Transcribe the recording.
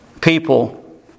people